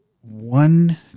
one